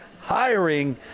hiring